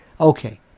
Okay